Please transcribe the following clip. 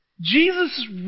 Jesus